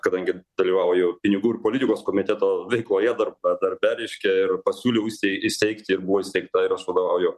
kadangi dalyvauju pinigų ir politikos komiteto veikloje dar darbe reiškia ir pasiūliau įseig įsteigti ir buvo įsteigta ir aš vadovauju